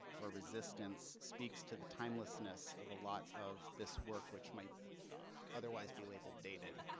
or resistance speaks to the timelessness of a lot of this work which might otherwise be labeled dated.